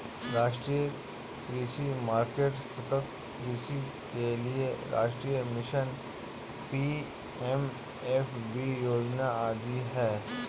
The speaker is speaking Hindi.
राष्ट्रीय कृषि मार्केट, सतत् कृषि के लिए राष्ट्रीय मिशन, पी.एम.एफ.बी योजना आदि है